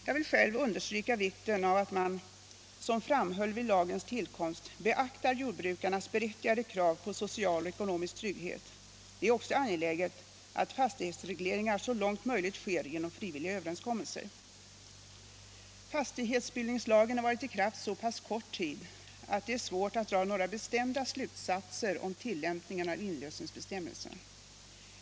Jag vill själv understryka vikten av att man, som framhölls vid lagens tillkomst, beaktar jordbrukarnas berättigade krav på social och ekonomisk trygghet. Det är också angeläget att fastighetsregleringar så långt möjligt sker genom frivilliga överenskommelser. Fastighetsbildningslagen har varit i kraft så pass kort tid att det är svårt att dra några bestämda slutsatser om tillämpningen av inlösenbestämmelserna.